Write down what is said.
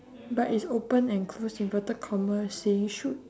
but it's open and close inverted commas saying shoot